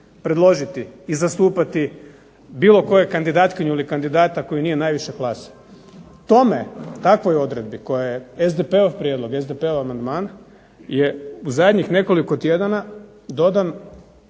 predložiti i zastupati bilo koju kandidatkinju ili kandidata koji nije najviše klase. Tome, takvoj odredbi koja je SDP-ov prijedlog, SDP-ova amandman je u zadnjih nekoliko tjedana dodan